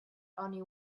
only